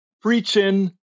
preaching